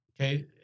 Okay